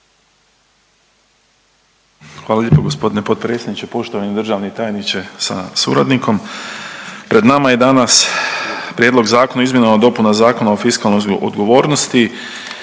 Hvala lijepo g. potpredsjedniče, poštovani državni tajniče sa suradnikom. Pred nama je danas Prijedlog zakona o izmjenama i dopunama Zakona o fiskalnoj odgovornosti